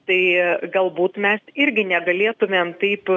tai galbūt mes irgi negalėtumėm taip